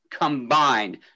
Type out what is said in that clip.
Combined